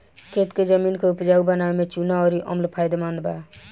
खेत के जमीन के उपजाऊ बनावे में चूना अउर अम्ल फायदेमंद बा